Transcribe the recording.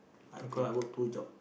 because I work two job